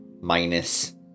minus